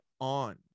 on